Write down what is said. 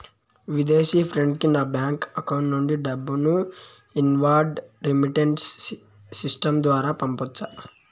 విదేశీ ఫ్రెండ్ కి నా బ్యాంకు అకౌంట్ నుండి డబ్బును ఇన్వార్డ్ రెమిట్టెన్స్ సిస్టం ద్వారా పంపొచ్చా?